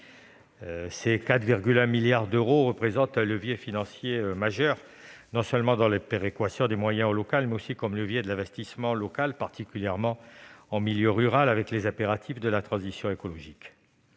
d'autorisations d'engagement constituent un levier financier majeur, non seulement dans la péréquation des moyens en local, mais aussi comme levier de l'investissement local, particulièrement en milieu rural, avec les impératifs de la transition écologique.